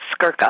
Skirka